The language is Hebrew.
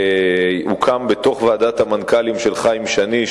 שהוקם בתוך ועדת המנכ"לים של חיים שני,